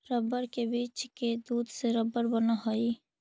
rubber के वृक्ष के दूध से रबर बनऽ हई